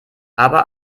aber